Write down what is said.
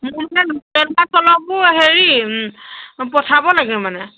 মোৰ মানে লোকেল মাছ অলপো হেৰি পঠিয়াব লাগে মানে